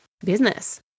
business